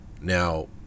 now